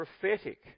prophetic